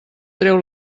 trau